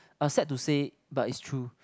uh sad to say but it's true